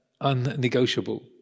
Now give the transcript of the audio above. unnegotiable